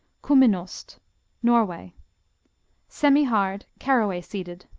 kuminost norway semihard caraway-seeded.